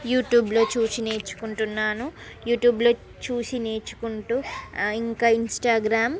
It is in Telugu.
యూట్యూబ్లో చూసి నేర్చుకుంటున్నాను యూట్యూబ్లో చూసి నేర్చుకుంటూ ఇంకా ఇన్స్టాగ్రామ్